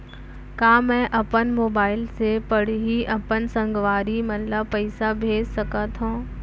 का मैं अपन मोबाइल से पड़ही अपन संगवारी मन ल पइसा भेज सकत हो?